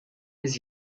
his